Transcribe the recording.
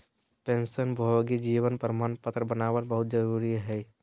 पेंशनभोगी जीवन प्रमाण पत्र बनाबल बहुत जरुरी हइ